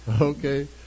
Okay